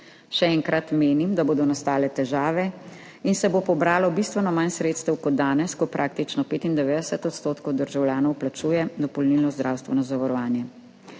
Še enkrat, menim, da bodo nastale težave in se bo pobralo bistveno manj sredstev kot danes, ko praktično 95 % državljanov plačuje dopolnilno zdravstveno zavarovanje.